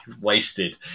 wasted